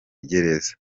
gereza